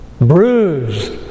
bruised